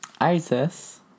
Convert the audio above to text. ISIS